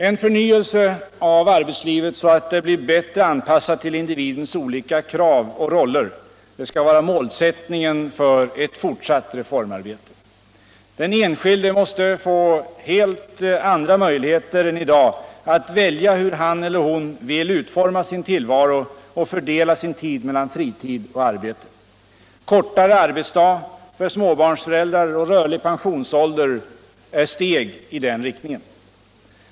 En förnyvelse av arbetslivet så att det blir bättre anpassat till individens olika krav och roller skall vara målsättningen för ett fortsatt reformarbete. Den enskilde måste få helt andra möjligheter än i dag att välja hur han eller hon vill utforma sin tiflvaro och fördeta sin tid mellan fritid och arbete. Kortare arbetsdag för småbarnsföräldrar och rörlig pensionsålder är steg i den riktningen.